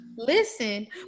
Listen